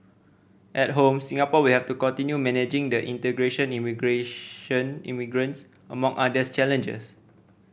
at home Singapore will have to continue managing the integration immigration immigrants among others challenges